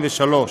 התשס"ג 2003,